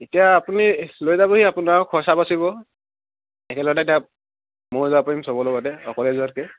এতিয়া আপুনি লৈ যাবহি আপোনাৰো খৰচ বাচিব একে লগতে এতিয়া মইও যাব পাৰিম সবৰ লগতে অকলে যোৱাতকৈ